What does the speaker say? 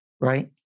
right